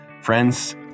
friends